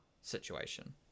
situation